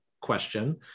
question